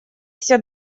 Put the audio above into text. все